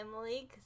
Emily